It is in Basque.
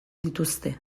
dituzte